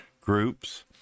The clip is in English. groups